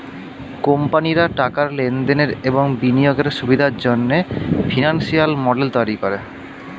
কোম্পানিরা টাকার লেনদেনের এবং বিনিয়োগের সুবিধার জন্যে ফিনান্সিয়াল মডেল তৈরী করে